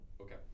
Okay